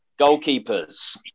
Goalkeepers